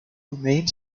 remained